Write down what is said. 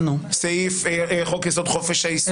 סעיף חוק יסוד: חופש העיסוק,